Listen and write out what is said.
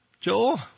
Joel